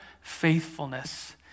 faithfulness